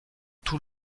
tous